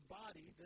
body